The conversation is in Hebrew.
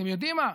אתם יודעים מה?